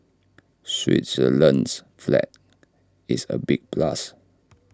Switzerland's flag is A big plus